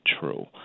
true